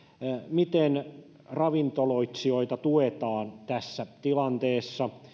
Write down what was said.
miten ravintoloitsijoita tuetaan tässä tilanteessa